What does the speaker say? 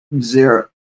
zero